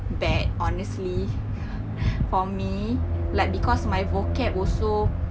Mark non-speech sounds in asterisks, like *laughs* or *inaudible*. bad honestly *laughs* for me like because my vocal also